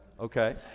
okay